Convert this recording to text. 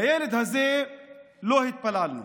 לילד הזה לא התפללנו.